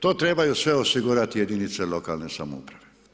To trebaju sve osigurati jedinice lokalne samouprave.